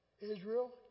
Israel